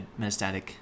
metastatic